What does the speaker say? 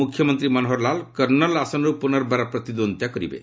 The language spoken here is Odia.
ମୁଖ୍ୟମନ୍ତ୍ରୀ ମନୋହର୍ ଲାଲ୍ କର୍ଷଲ୍ ଆସନରୁ ପୁନର୍ବାର ପ୍ରତିଦ୍ୱନ୍ଦିତା କରିବେ